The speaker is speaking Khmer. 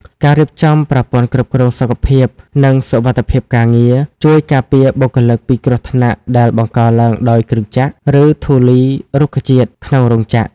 ការរៀបចំប្រព័ន្ធគ្រប់គ្រងសុខភាព និងសុវត្ថិភាពការងារ ជួយការពារបុគ្គលិកពីគ្រោះថ្នាក់ដែលបង្កឡើងដោយគ្រឿងចក្រ ឬធូលីរុក្ខជាតិក្នុងរោងចក្រ។